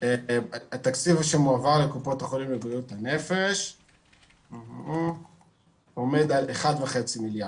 התקציב שמועבר לקופות החולים לבריאות הנפש עומד על 1.5 מיליארד.